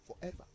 forever